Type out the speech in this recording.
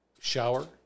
shower